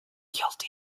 guilty